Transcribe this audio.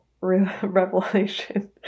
revelation